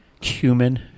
Cumin